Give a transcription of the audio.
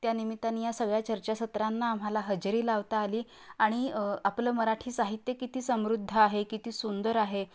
त्या निमित्ताने या सगळ्या चर्चासत्रांना आम्हाला हजेरी लावता आली आणि आपलं मराठी साहित्य किती समृद्ध आहे किती सुंदर आहे